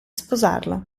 sposarlo